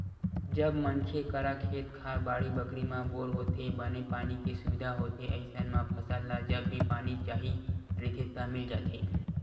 जब मनखे करा खेत खार, बाड़ी बखरी म बोर होथे, बने पानी के सुबिधा होथे अइसन म फसल ल जब भी पानी चाही रहिथे त मिल जाथे